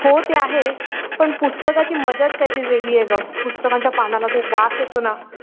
हो ते आहेच पण पुस्तकाची मजाच काय तरी वेगळी आहे गं पुस्तकांच्या पानाला तो वास येतो ना